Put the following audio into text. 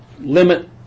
limit